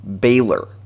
Baylor